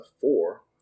four